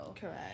correct